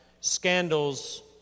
scandals